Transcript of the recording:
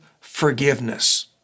forgiveness